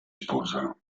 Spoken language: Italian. sposano